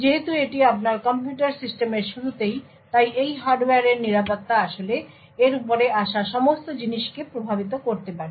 যেহেতু এটি আপনার কম্পিউটার সিস্টেমের শুরুতেই তাই এই হার্ডওয়্যারের নিরাপত্তা আসলে এর উপরে আসা সমস্ত জিনিসকে প্রভাবিত করতে পারে